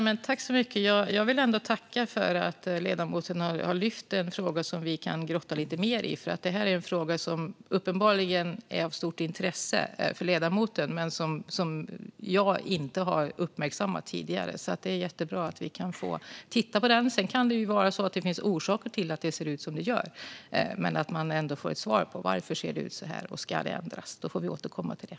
Fru talman! Jag vill tacka för att ledamoten har tagit upp en fråga som vi kan grotta lite mer i. Det här är en fråga som uppenbarligen är av stort intresse för ledamoten men som jag inte har uppmärksammat tidigare, så det är jättebra att vi kan få titta på den. Sedan kan det ju vara så att det finns orsaker till att det ser ut som det gör, men man kan ändå få ett svar på varför det ser ut så här. Om det ska ändras får vi återkomma till det.